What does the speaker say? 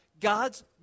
God's